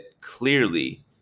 clearly